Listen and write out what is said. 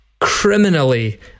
criminally